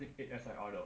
I think S_I_R liao